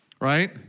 right